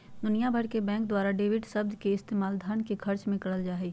दुनिया भर के बैंक द्वारा डेबिट शब्द के इस्तेमाल धन के खर्च मे करल जा हय